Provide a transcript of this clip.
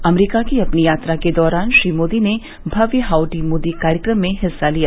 अमरीका की अपनी यात्रा के दौरान श्री मोदी ने भव्य हाउड़ी मोदी कार्यक्रम में हिस्सा लिया